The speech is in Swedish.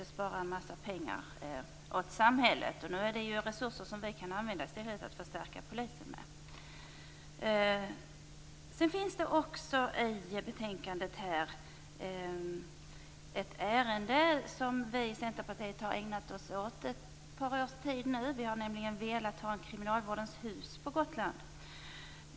Det sparar en massa pengar åt samhället, och det är resurser som i stället kan användas till att förstärka Polisen med. I betänkandet finns ett ärende som vi i Centerpartiet har ägnat oss åt under ett par års tid nu. Vi har nämligen velat ha ett kriminalvårdens hus på Gotland.